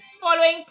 following